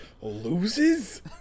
loses